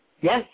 Yes